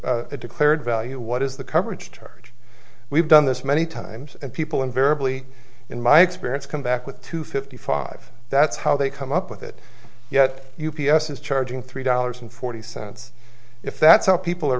a declared value what is the coverage cherry we've done this many times and people invariably in my experience come back with two fifty five that's how they come up with it yet u p s is charging three dollars and forty cents if that's how people are